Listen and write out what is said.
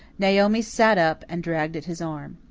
naomi sat up and dragged at his arm.